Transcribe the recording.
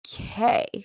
okay